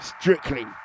strictly